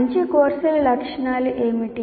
మంచి కోర్సుల లక్షణాలు ఏమిటి